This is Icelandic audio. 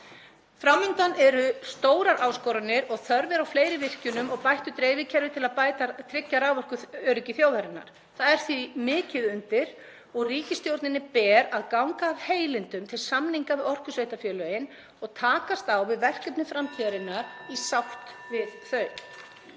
Fram undan eru stórar áskoranir og þörf er á fleiri virkjunum og bættu dreifikerfi til að tryggja raforkuöryggi þjóðarinnar. Það er því mikið undir og ríkisstjórninni ber að ganga af heilindum til samninga við orkusveitarfélögin og takast á við verkefni framtíðarinnar í sátt við þau.